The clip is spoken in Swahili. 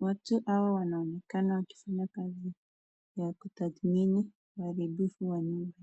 Watu hawa wanaonekana wakifanya kazi ya kutathmini uharibifu wa nyumba.